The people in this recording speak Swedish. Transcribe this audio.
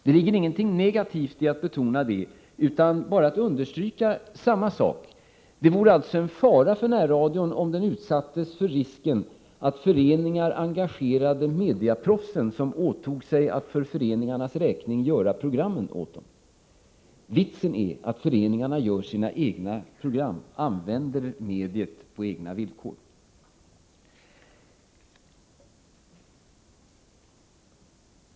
Det ligger ingenting negativt i att betona det utan det innebär snarare att man understryker det jag tidigare sagt. Det vore en fara för närradion om den utsattes för risken att föreningar engagerade mediaproffs, som skulle åta sig att för föreningarnas räkning göra program åt dem. Vitsen är att föreningarna gör sina egna program, använder mediet på egna villkor.